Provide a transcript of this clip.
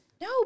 No